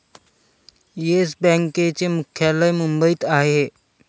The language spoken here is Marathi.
येस बँकेचे मुख्यालय मुंबईत आहे